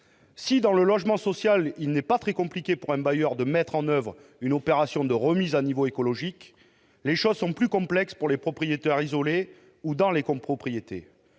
secteur du logement social, il n'est pas très compliqué pour un bailleur de mettre en oeuvre une opération de remise à niveau écologique, les choses sont plus complexes pour les propriétaires isolés ou dans les copropriétés.